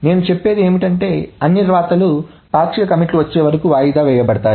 నేను చెప్పేది ఏమిటంటే అన్ని వ్రాతలు పాక్షిక కమిట్లు వచ్చే వరకు వాయిదా వేయబడతాయి